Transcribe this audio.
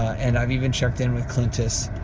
and i've even checked in with clintus.